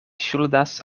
ŝuldas